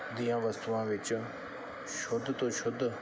ਦੀਆਂ ਵਸਤੂਆਂ ਵਿੱਚ ਸ਼ੁੱਧ ਤੋਂ ਸ਼ੁੱਧ